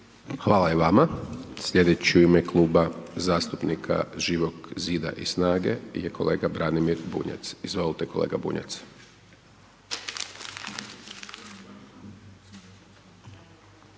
Hvala i vama. Sljedeći u ime Kluba zastupnika Živog zida i SNAGA-e je kolega Branimir Bunjac. Izvolite kolega Bunjac.